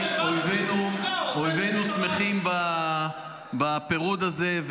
אויבינו שמחים בפירוד הזה,